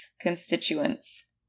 constituents